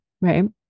right